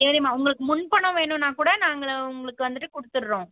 சரிமா உங்களுக்கு முன்பணம் வேணுனால் கூட நாங்கள் உங்களுக்கு வந்துட்டு கொடுத்துர்றோம்